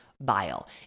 bile